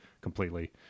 completely